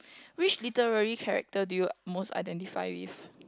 which literary character do you most identify with